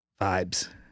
Vibes